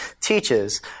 teaches